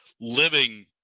living